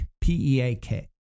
P-E-A-K